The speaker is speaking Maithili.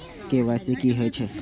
के.वाई.सी की हे छे?